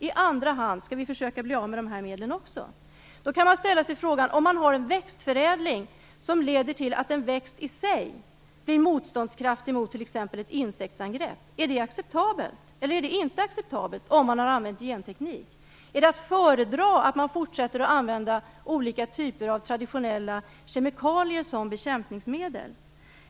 I andra hand skall vi försöka bli av med de här medlen också. Man kan då ställa sig frågan: Om man har en växtförädling som leder till att en växt i sig blir motståndskraftig mot t.ex. ett insektsangrepp, är det då acceptabelt eller inte om man har använt genteknik? Är det att föredra att man fortsätter att använda olika typer av traditionella kemikalier som bekämpningsmedel?